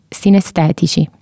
sinestetici